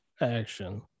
action